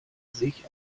sich